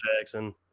Jackson